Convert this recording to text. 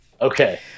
okay